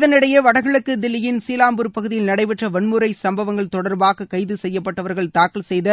இதனிடையே வடகிழக்கு தில்லியின் சீலாம்பூர் பகுதியில் நடைபெற்ற வன்முறை சம்பவங்கள் தொடர்பாக கைது செய்யப்பட்டவர்கள் தூக்கல் செய்த